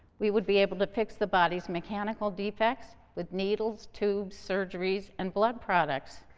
we would be able to fix the body's mechanical defects with needles, tubes, surgeries and blood products.